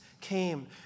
came